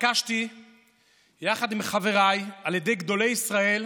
נתבקשתי יחד עם חבריי על ידי גדולי ישראל,